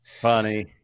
funny